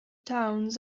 towns